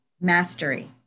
mastery